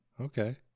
Okay